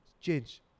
change